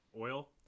Oil